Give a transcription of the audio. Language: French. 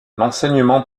l’enseignement